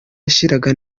yashiraga